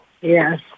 Yes